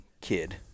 kid